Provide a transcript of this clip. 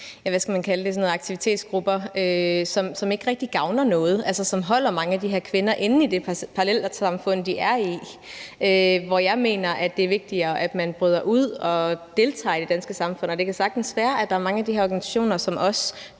aktivitetsgrupper, som ikke rigtig gavner noget, altså som holder mange af de her kvinder inde i det parallelsamfund, de er i, hvor jeg mener, det er vigtigere, at man bryder ud og deltager i det danske samfund. Og det kan sagtens være, at der er mange af de her organisationer, som også